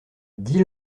dis